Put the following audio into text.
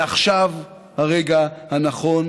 ועכשיו הרגע הנכון.